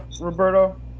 Roberto